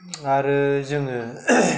आरो जोङो